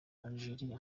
algérie